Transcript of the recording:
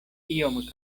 iom